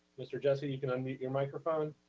mr. jessie, you can unmute your microphone.